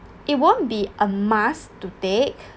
it won't be a must to take